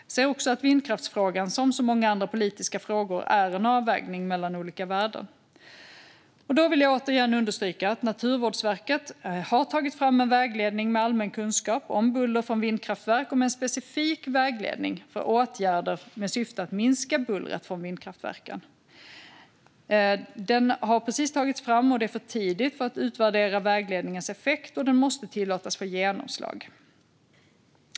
Jag ser också att vindkraftsfrågan, som så många andra politiska frågor, handlar om en avvägning mellan olika värden. Då vill jag återigen understryka att Naturvårdsverket har tagit fram en vägledning med allmän kunskap om buller från vindkraftverk och med en specifik vägledning för åtgärder med syfte att minska bullret från vindkraftverken. Denna vägledning har precis tagits fram, och det är för tidigt att utvärdera vägledningens effekter. Den måste tillåtas få genomslag.